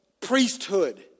priesthood